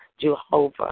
Jehovah